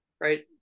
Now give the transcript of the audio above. right